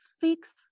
fix